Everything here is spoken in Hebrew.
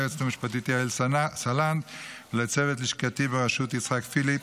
ליועצת המשפטית יעל סלנט ולצוות לשכתי בראשות יצחק פיליפ.